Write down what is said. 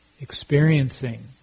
experiencing